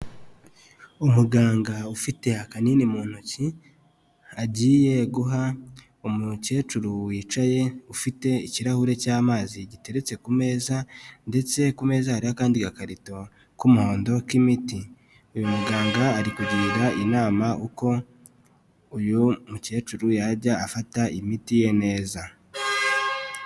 Umuganga ufite akanini mu ntoki, agiye guha umukecuru wicaye, ufite ikirahure cy'amazi giteretse ku meza, ndetse ku meza hariho akandi gakarito k'umuhondo, k'imiti. Uyu muganga ari kugira inama uko uyu mukecuru yajya afata imiti ye neza.